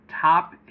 top